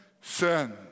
sin